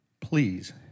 please